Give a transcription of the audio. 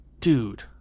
dude